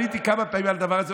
עניתי כמה פעמים על הדבר הזה.